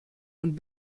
und